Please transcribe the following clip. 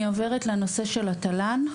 אני עוברת לנושא של התל"ן.